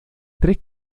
tres